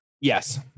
Yes